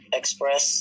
express